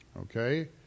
Okay